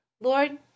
Lord